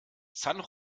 san